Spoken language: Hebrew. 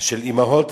של אמהות